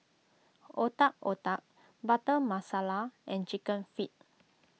Otak Otak Butter Masala and Chicken Feet